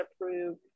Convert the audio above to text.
approved